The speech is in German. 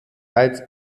als